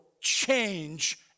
change